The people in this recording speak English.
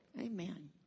amen